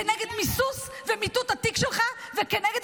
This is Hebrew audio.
כנגד מסמוס ומיטוט התיק שלך וכנגד